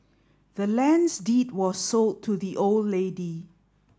the land's deed was sold to the old lady